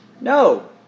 No